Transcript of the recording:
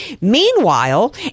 Meanwhile